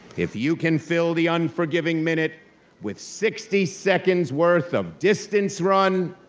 if you can fill the unforgiving minute with sixty seconds worth of distance run,